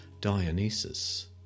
Dionysus